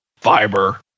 fiber